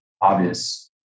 obvious